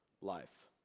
life